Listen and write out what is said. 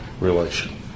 relation